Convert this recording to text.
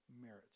merit